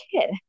kid